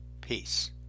Peace